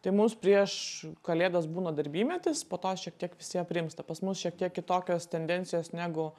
tai mus prieš kalėdas būna darbymetis po to šiek tiek visi aprimsta pas mus šiek tiek kitokios tendencijos negu